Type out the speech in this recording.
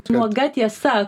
nuoga tiesa